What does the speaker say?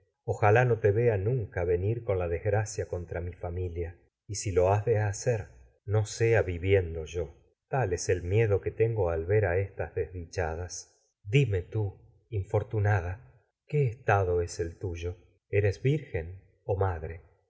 ojalá mi no te vea venir con la desgracia contra familia y si lo has de hacer no sea viviendo yo tal es el miedo que tengo al ver a estas desdichadas dime tú infortunada pues a qué estado a es el tuyo eres debes aire virgen o madre